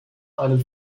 einem